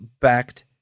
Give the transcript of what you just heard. backed